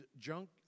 junk